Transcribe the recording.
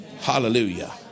Hallelujah